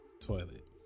toilet